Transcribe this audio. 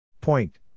Point